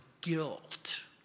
guilt